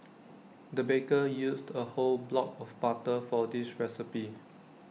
the baker used A whole block of butter for this recipe